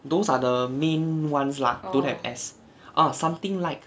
those are the main ones lah don't have s ah something like